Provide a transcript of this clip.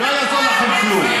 תוותרו על הכסף.